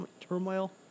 turmoil